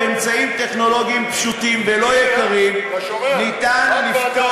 באמצעים טכנולוגיים פשוטים ולא יקרים אפשר לפתור,